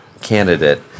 candidate